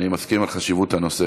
אני מסכים על חשיבות הנושא.